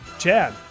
Chad